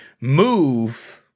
move –